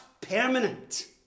permanent